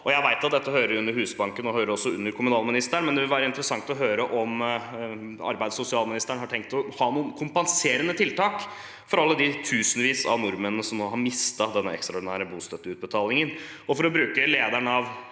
Jeg vet at dette hører til under Husbanken og også under kommunalministeren, men det ville være interessant å høre om arbeids- og sosialministeren har tenkt å ha noen kompenserende tiltak for alle de tusenvis av nordmenn som nå har mistet denne ekstraordinære bostøtteutbetalingen.